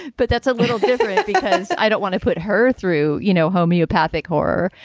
but that's a little different because i don't want to put her through, you know, homeopathic horror.